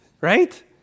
right